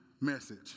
message